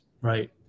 Right